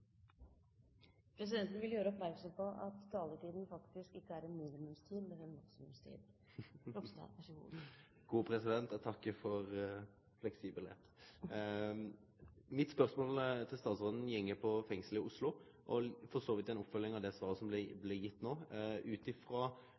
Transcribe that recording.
presidenten utvise likhet. Presidenten har klubbet. Presidenten vil gjøre oppmerksom på at taletiden faktisk ikke er en minimumstid, men en maksimumstid. Mitt spørsmål til statsråden går på fengslet i Oslo og er for så vidt ei oppfølging av det svaret som